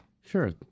Sure